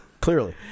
Clearly